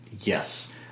Yes